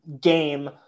game